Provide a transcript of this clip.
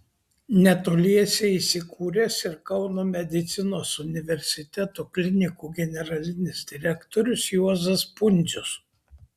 netoliese įsikūręs ir kauno medicinos universiteto klinikų generalinis direktorius juozas pundzius